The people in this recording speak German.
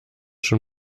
schon